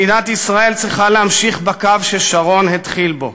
מדינת ישראל צריכה להמשיך בקו ששרון התחיל בו